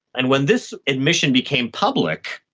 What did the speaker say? and when this admission became public,